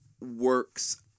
works